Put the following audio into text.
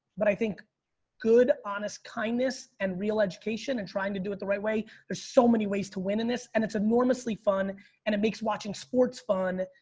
but i think good, honest, kindness and real education and trying to do it the right way. there's so many ways to win in this and it's enormously fun and it makes watching sports fun.